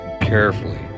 carefully